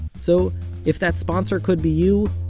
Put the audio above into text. so if that sponsor could be you,